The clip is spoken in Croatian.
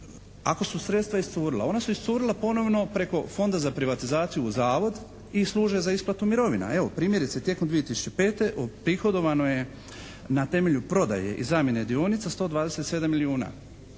ako su sredstva iscurila ona su iscurila ponovno preko Fonda za privatizaciju u zavod i služe za isplatu mirovina. Evo primjerice, tijekom 2005. uprihodovano je na temelju prodaje i zamjene dionice 127 milijuna.